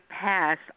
pass